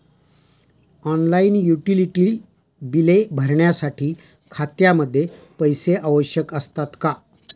Online utility बिले भरण्यासाठी खात्यामध्ये पैसे आवश्यक असतात का?